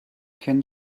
can